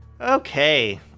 Okay